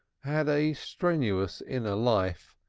had a strenuous inner life,